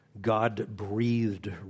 God-breathed